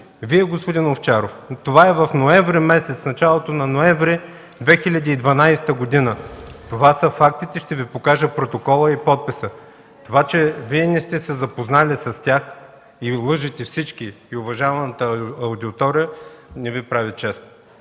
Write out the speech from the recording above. Вие, господин Овчаров! Това е в началото на ноември 2012 г. Това са фактите, ще Ви покажа протокола и подписа. Това, че Вие не сте се запознали с тях и лъжете всички и уважаемата аудитория, не Ви прави чест.